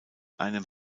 einem